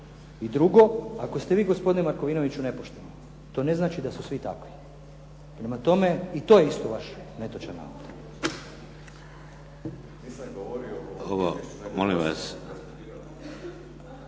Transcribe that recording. I drugo. Ako ste vi gospodine Markovinoviću nepošteni, to ne znači da su svi takvi. Prema tome, i to je isto vaš netočan navod.